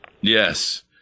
Yes